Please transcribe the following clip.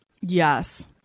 yes